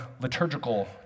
liturgical